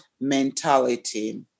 mentality